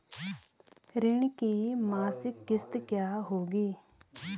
ऋण की मासिक किश्त क्या होगी?